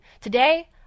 today